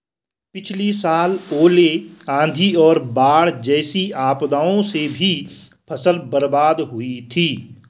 पिछली साल ओले, आंधी और बाढ़ जैसी आपदाओं से भी फसल बर्बाद हो हुई थी